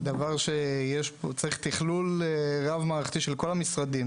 זה דבר שצריך תכלול רב מערכתי של כל המשרדים,